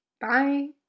Bye